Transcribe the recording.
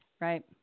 right